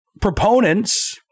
proponents